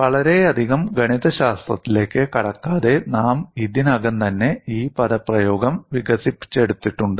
വളരെയധികം ഗണിതശാസ്ത്രത്തിലേക്ക് കടക്കാതെ നാം ഇതിനകം തന്നെ ഈ പദപ്രയോഗം വികസിപ്പിച്ചെടുത്തിട്ടുണ്ട്